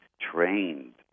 trained